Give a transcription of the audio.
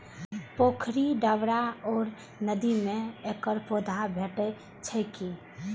पोखरि, डबरा आ नदी मे एकर पौधा भेटै छैक